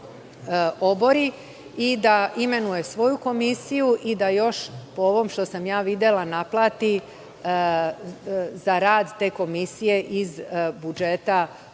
i da imenuje svoju komisiju i da još, po ovome što sam videla, naplati za rad te komisije iz budžeta